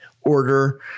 order